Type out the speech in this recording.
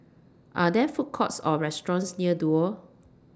Are There Food Courts Or restaurants near Duo